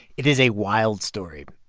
it is a wild story.